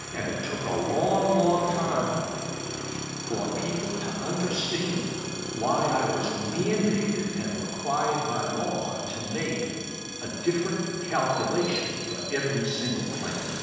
and it took a long, long time for people to understand why i was mandated and required by law to make a different calculation for every single claimant.